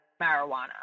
marijuana